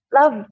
love